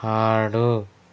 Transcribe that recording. ఆడు